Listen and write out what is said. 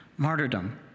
martyrdom